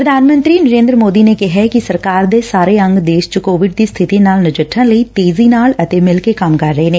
ਪੁਧਾਨ ਮੰਤਰੀ ਨੇ ਨਰੇਦਰ ਮੋਦੀ ਨੇ ਕਿਹਾ ਕਿ ਸਰਕਾਰ ਦੇ ਸਾਰੇ ਅੰਗ ਦੇਸ਼ ਵਿਚ ਕੋਵਿਡ ਦੀ ਸਬਿਤੀ ਨਾਲ ਨਜਿੱਠਣ ਲਈ ਤੇਜ਼ੀ ਨਾਲ ਅਤੇ ਮਿਲ ਕੇ ਕੰਮ ਕਰ ਰਹੇ ਨੇ